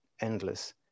endless